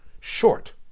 short